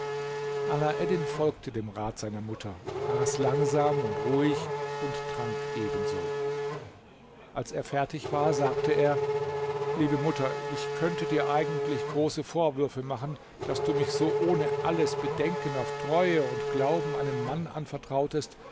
alaeddin folgte dem rat seiner mutter aß langsam und ruhig und trank ebenso als er fertig war sagte er liebe mutter ich könnte dir eigentlich große vorwürfe machen daß du mich so ohne alles bedenken auf treue und glauben einem mann anvertrautest